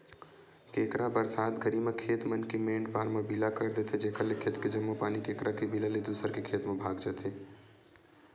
केंकरा बरसात घरी म खेत मन के मेंड पार म बिला कर देथे जेकर ले खेत के जम्मो पानी केंकरा के बिला ले दूसर के खेत म भगा जथे